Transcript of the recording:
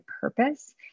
purpose